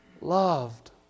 loved